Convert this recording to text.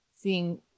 seeing